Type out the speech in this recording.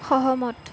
সহমত